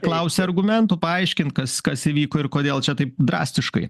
klausia argumentų paaiškint kas kas įvyko ir kodėl čia taip drastiškai